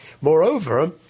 Moreover